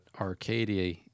Arcadia